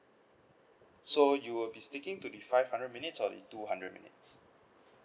so you will be sticking to the five hundred minutes or the two hundred minutes